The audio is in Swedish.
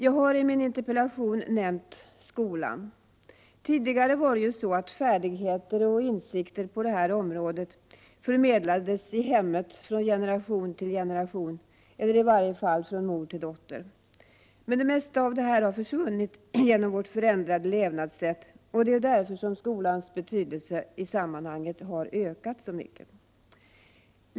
Jag har i min interpellation nämnt skolan. Tidigare var det ju så att färdigheter och insikter på det här området förmedlades i hemmet från generation till generation eller i varje fall från mor till dotter. Men det mesta av detta har försvunnit genom vårt förändrade levnadssätt, och det är därför som skolans betydelse i sammanhanget har ökat i så stor utsträckning.